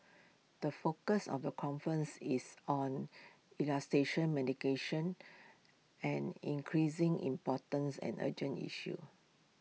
the focus of the conference is on medication an increasing importance and urgent issue